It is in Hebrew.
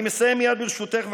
אני מסיים מייד, ברשותך.